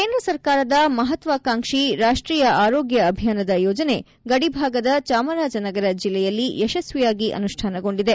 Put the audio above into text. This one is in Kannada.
ಕೇಂದ್ರ ಸರ್ಕಾಂದ ಮಹತ್ವಾಕಾಂಕ್ಷಿ ರಾಷ್ಟೀಯ ಆರೋಗ್ಯ ಅಭಿಯಾನದ ಯೋಜನೆ ಗಡಿಭಾಗದ ಚಾಮರಾಜನಗರ ಜಿಲ್ಲೆಯಲ್ಲಿ ಯಶಸ್ವಿಯಾಗಿ ಅನುಷ್ಟಾನಗೊಂಡಿದೆ